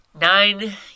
Nine